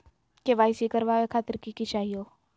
KYC करवावे खातीर कि कि चाहियो?